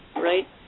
right